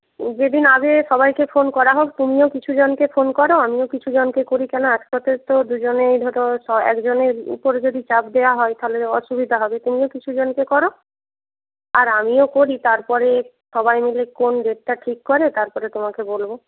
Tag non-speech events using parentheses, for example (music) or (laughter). যেদিন আগে সবাইকে ফোন করা হোক তুমিও কিছু জনকে ফোন করো আমিও কিছু জনকে করি কেন একসাথে তো দুজনেই ধরো (unintelligible) একজনের উপর যদি চাপ দেওয়া হয় তাহলে অসুবিধা হবে তুমিও কিছু জনকে করো আর আমিও করি তারপরে সবাই মিলে কোন ডেটটা ঠিক করে তারপরে তোমাকে বলব